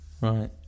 right